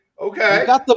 okay